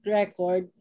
record